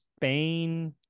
spain